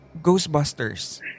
Ghostbusters